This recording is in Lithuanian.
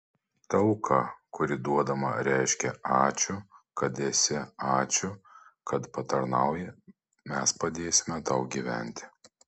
ta auka kuri duodama reiškia ačiū kad esi ačiū kad patarnauji mes padėsime tau gyventi